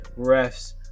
refs